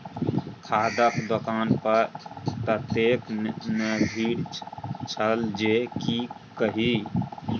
खादक दोकान पर ततेक ने भीड़ छल जे की कही